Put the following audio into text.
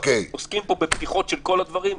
עוסקים פה בפתיחות של כל הדברים,